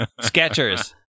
Sketchers